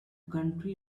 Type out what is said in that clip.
country